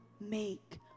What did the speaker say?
make